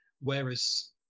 Whereas